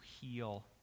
heal